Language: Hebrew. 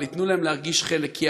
אבל ייתנו להם להרגיש חלק,